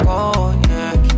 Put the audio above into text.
Cognac